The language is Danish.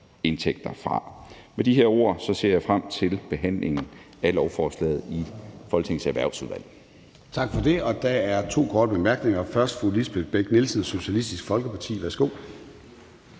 indtægter fra. Med de ord her ser jeg frem til behandlingen af lovforslaget i Folketingets Erhvervsudvalg.